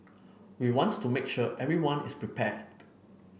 we wants to make sure everyone is prepared